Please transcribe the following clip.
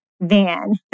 van